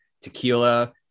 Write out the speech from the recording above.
tequila